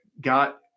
Got